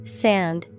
sand